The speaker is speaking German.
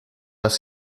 was